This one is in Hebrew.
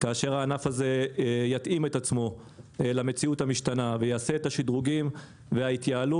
כאשר הענף הזה יתאים את עצמו למציאות המשתנה ויעשה את השדרוגים וההתייעלות